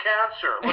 Cancer